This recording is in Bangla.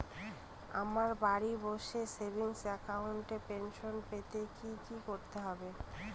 আমায় বাড়ি বসে সেভিংস অ্যাকাউন্টে পেনশন পেতে কি কি করতে হবে?